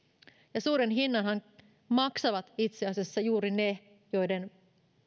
ja suuren hinnanhan maksavat itse asiassa juuri ne joiden